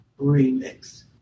remix